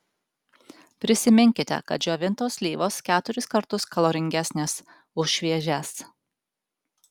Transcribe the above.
prisiminkite kad džiovintos slyvos keturis kartus kaloringesnės už šviežias